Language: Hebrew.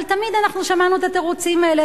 אבל תמיד שמענו את התירוצים האלה,